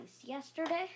yesterday